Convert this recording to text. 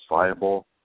viable